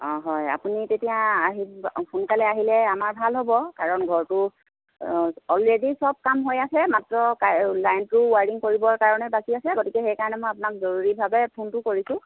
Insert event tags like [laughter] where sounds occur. অঁ হয় আপুনি তেতিয়া আহিব সোনকালে আহিলে আমাৰ ভাল হ'ব কাৰণ ঘৰটো অ'লৰেডি চব কাম হৈ আছে মাত্ৰ [unintelligible] লাইনটো ৱাইৰিং কৰিবৰ কাৰণে বাকী আছে গতিকে সেইকাৰণে মই আপোনাক জৰুৰী ভাৱে ফোনটো কৰিছোঁ